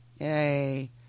Yay